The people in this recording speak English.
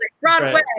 Broadway